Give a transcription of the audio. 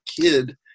kid